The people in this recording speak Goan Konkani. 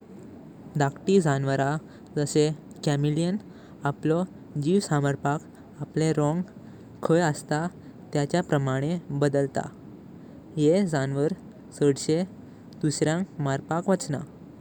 डख्ती जनावर जसें कॅमॅलिऑन आपलो गेव संपर्क अपले रंग खाय असता त्याचें परमानें बदलता। यें जनावर छदासें दुसर्यांग मारपाक वाचनां।